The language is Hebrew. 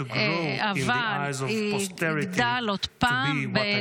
to grow in the eyes of posterity to be what I